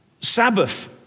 Sabbath